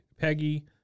Peggy